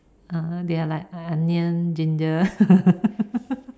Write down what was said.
they are like onion ginger